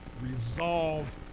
resolve